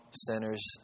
sinners